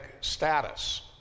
status